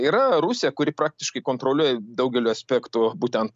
yra rusija kuri praktiškai kontroliuoja daugeliu aspektų būtent